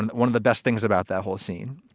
and one of the best things about that whole scene.